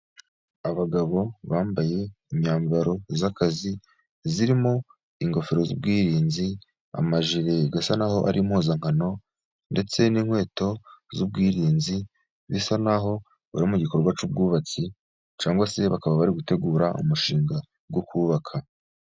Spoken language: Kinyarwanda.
Abagabo bambaye imyambaro y'akazi, irimo ingofero z'ubwirinzi, amajire asa naho ari impuzankano, ndetse n'inkweto z'ubwirinzi zisa naho bari mu gikorwa cy'ubwubatsi, cyangwa se bakaba bari gutegura umushinga wo kubaka.